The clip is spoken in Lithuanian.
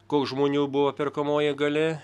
koks žmonių buvo perkamoji galia